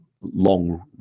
long